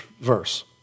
verse